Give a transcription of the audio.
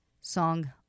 song